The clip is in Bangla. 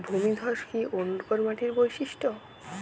ভূমিধস কি অনুর্বর মাটির বৈশিষ্ট্য?